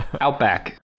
Outback